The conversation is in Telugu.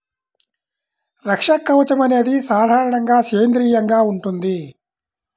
రక్షక కవచం అనేది సాధారణంగా సేంద్రీయంగా ఉంటుంది